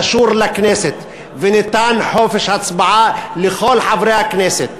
קשור לכנסת, וניתן חופש הצבעה לכל חברי הכנסת.